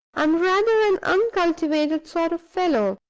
i'm rather an uncultivated sort of fellow,